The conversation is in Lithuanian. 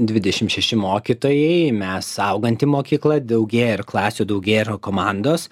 dvidešim šeši mokytojai mes auganti mokykla daugėja ir klasių daugėja ir komandos